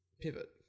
pivot